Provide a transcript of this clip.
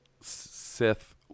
sith